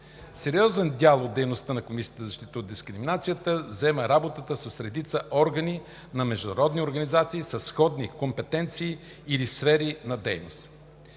Сериозен дял от дейността на Комисията за защита от дискриминация заема работата с редица органи на международни организации със сходни компетенции или сфери на дейност.